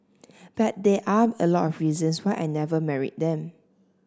but there are a lot of reasons why I never married them